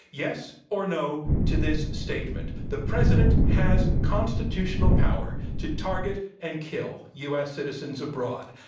yes, or, no, to this statement, the president has constitutional power to target and kill u. s. citizens abroad,